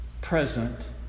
present